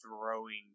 throwing